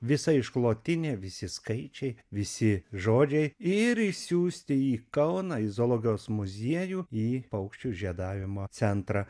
visa išklotinė visi skaičiai visi žodžiai ir išsiųsti į kauną į zoologijos muziejų į paukščių žiedavimo centrą